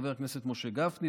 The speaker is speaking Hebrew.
חבר הכנסת משה גפני,